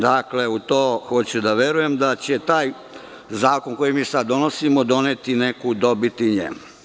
Dakle, hoću da verujem da će taj zakon koji mi sada donosimo doneti neku dobit i njemu.